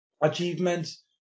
achievements